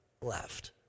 left